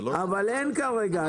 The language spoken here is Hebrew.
אבל כרגע אין.